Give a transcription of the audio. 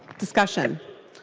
discussion?